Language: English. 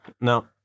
No